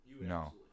No